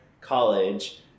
college